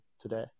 today